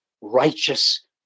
righteous